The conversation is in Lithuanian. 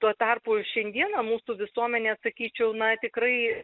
tuo tarpu šiandieną mūsų visuomenė sakyčiau na tikrai